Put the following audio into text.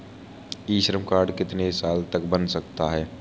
ई Shram card कितने साल तक बन सकता है?